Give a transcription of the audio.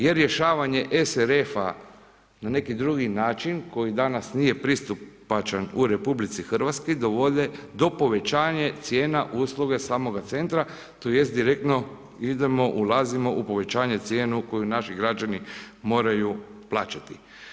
Jer rješavanje SFR-a na neki drugi način, koji danas nije pristupačan u RH, dovode do povećanja cijena usluge samoga centra, tj. direktno idemo, ulazimo u povećanje cijene koju naši građani moraju plaćati.